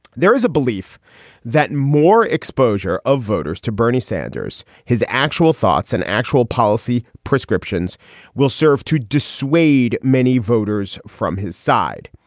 there is a belief that more exposure of voters to bernie sanders, his actual thoughts and actual policy prescriptions will serve to dissuade many voters from his side.